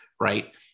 right